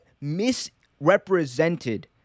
misrepresented